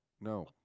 no